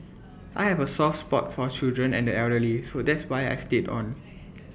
I have A soft spot for children and the elderly so that's why I stayed on